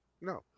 no